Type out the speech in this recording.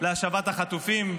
להשבת החטופים,